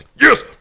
Yes